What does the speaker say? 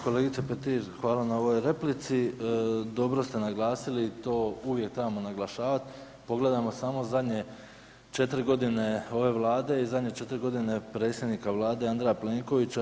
Kolegice Petir hvala na ovoj replici, dobro ste naglasili i to uvijek trebamo naglašavat, pogledajmo samo zadnje 4 godine ove Vlade i zadnje 4 godine predsjednika Vlade Andreja Plenkovića.